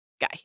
guy